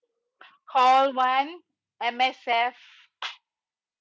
call one M_S_F